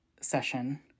session